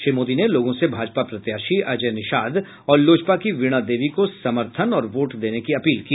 श्री मोदी ने लोगों से भाजपा प्रत्याशी अजय निषाद और लोजपा की वीणा देवी को समर्थन और वोट देने की अपील की